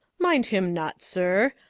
mind him not, sir.